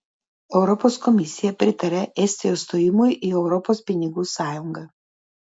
europos komisija pritaria estijos stojimui į europos pinigų sąjungą